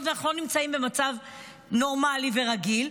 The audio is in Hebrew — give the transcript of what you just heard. שאנחנו לא נמצאים במצב נורמלי ורגיל,